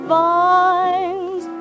vines